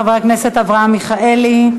חבר הכנסת אברהם מיכאלי,